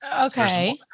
Okay